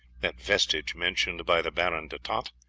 that vestige mentioned by the baron de tott,